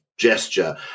Gesture